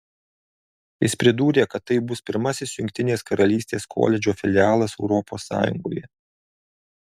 jis pridūrė kad tai bus pirmasis jungtinės karalystės koledžo filialas europos sąjungoje